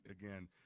again